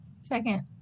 Second